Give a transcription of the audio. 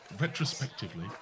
Retrospectively